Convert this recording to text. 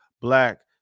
black